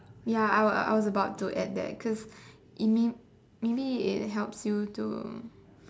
ya I was I was I was about to add that cause maybe maybe it helps you to